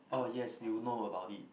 oh yes you know about it